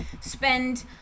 spend